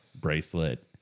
bracelet